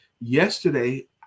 Yesterday